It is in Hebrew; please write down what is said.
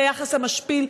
ליחס המשפיל,